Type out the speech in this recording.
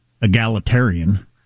egalitarian